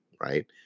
right